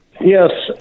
Yes